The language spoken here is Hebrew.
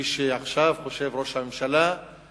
כפי שעכשיו חושב ראש הממשלה,